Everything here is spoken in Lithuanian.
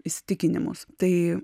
įsitikinimus tai